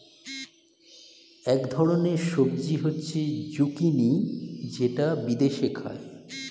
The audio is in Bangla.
এক ধরনের সবজি হচ্ছে জুকিনি যেটা বিদেশে খায়